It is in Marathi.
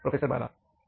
प्रोफेसर बाला हो